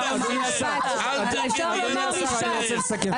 (חברת הכנסת דבי ביטון יוצאת מאולם הוועדה) אני רוצה לסכם.